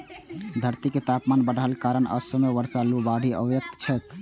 धरतीक तापमान बढ़लाक कारणें असमय बर्षा, लू, बाढ़ि अबैत छैक